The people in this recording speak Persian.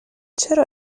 چرا